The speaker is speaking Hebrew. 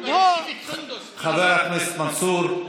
חבר הכנסת מנסור.